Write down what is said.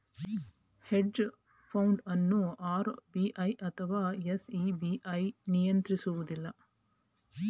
hedge fund ಅನ್ನು RBI ಅಥವಾ SEBI ನಿಯಂತ್ರಿಸುವುದಿಲ್ಲ